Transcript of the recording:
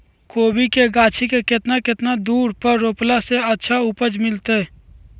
कोबी के गाछी के कितना कितना दूरी पर रोपला से अच्छा उपज मिलतैय?